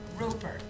Roper